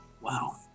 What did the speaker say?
Wow